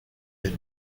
est